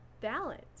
balance